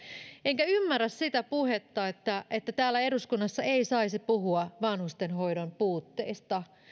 enkä ymmärrä sitä puhetta että että täällä eduskunnassa ei saisi puhua vanhustenhoidon puutteista